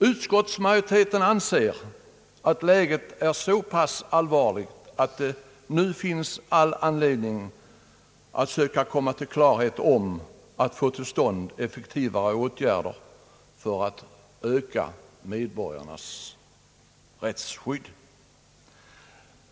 Utskottsmajoriteten anser läget vara så allvarligt att det nu finns all anledning att söka få till stånd effektiva åtsärder för att öka medborgarnas rättsskydd.